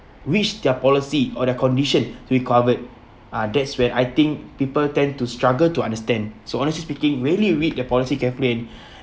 reach their policy or their condition to be covered ah that's where I think people tend to struggle to understand so honestly speaking really read their policy carefully and